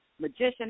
magician